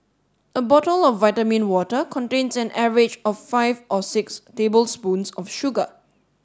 a bottle of vitamin water contains an average of five or six tablespoons of sugar